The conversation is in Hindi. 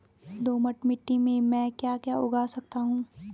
दोमट मिट्टी में म ैं क्या क्या उगा सकता हूँ?